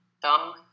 Thumb